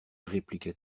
répliqua